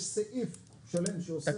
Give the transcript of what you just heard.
יש סעיף שלם שעוסק בזה.